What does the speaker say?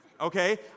okay